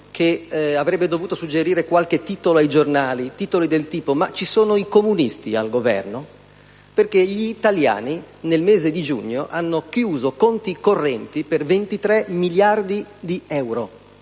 che avrebbe dovuto suggerire qualche titolo ai giornali, titoli del tipo: ma ci sono i comunisti al Governo? Gli italiani, infatti, nel mese di giugno hanno chiuso conti correnti per 23 miliardi di euro,